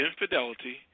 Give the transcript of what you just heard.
Infidelity